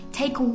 take